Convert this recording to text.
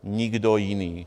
Nikdo jiný.